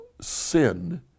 sin